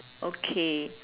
okay